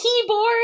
keyboard